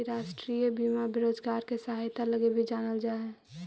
इ राष्ट्रीय बीमा बेरोजगार के सहायता लगी भी जानल जा हई